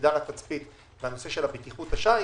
מגדל התצפית והנושא של הבטיחות בשייט,